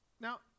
now